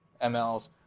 mLs